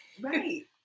right